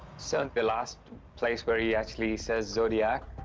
so the last place where he actually says zodiac.